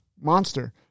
Monster